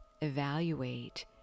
evaluate